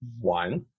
one